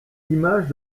images